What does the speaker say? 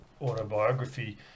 autobiography